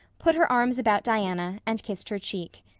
put her arms about diana, and kissed her cheek.